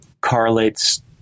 correlates